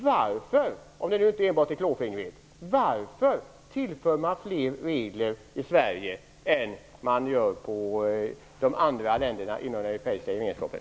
Varför, om det nu inte enbart är klåfingrighet, tillför man fler regler i Sverige än i de andra länderna inom den europeiska gemenskapen?